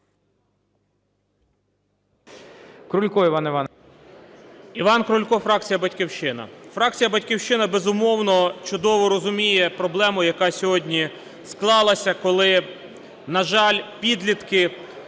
Іван Крулько, фракція "Батьківщина". Фракція "Батьківщина", безумовно, чудово розуміє проблему, яка сьогодні склалася, коли, на жаль, підлітки